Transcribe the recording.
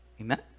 Amen